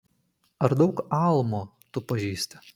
ar daug almų tu pažįsti